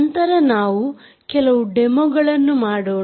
ನಂತರ ನಾವು ಕೆಲವು ಡೆಮೋಗಳನ್ನು ಮಾಡೋಣ